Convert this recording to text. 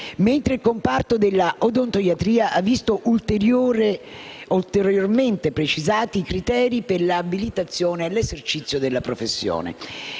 nera». Il comparto della odontoiatria, invece, ha visto ulteriormente precisati i criteri per l'abilitazione all'esercizio della professione.